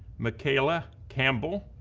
michaela campbell,